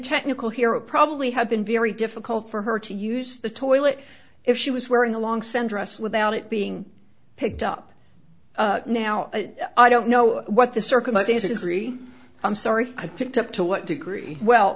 technical here a probably had been very difficult for her to use the toilet if she was wearing a long send us without it being picked up now i don't know what the circumstance is very i'm sorry i picked up to what degree well